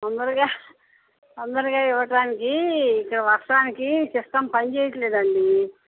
తొందరగా తొందరగా ఇవ్వడానికి ఇక్కడ వర్షానికి సిస్టమ్ పని చెయ్యడం లేదండి